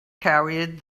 carried